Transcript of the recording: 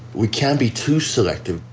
we can't be too selective,